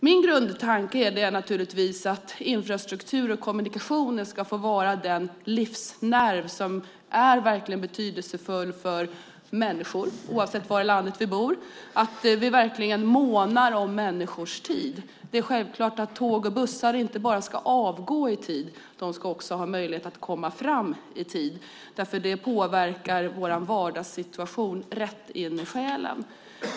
Min grundtanke är naturligtvis att infrastruktur och kommunikationer ska få vara den livsnerv som verkligen är betydelsefull för människor, oavsett i landet man bor, och att vi verkligen månar om människors tid. Det är självklart att tåg och bussar inte bara ska avgå i tid, de ska också ha möjlighet att komma fram i tid, därför att det påverkar vår vardagssituation rätt in i själen.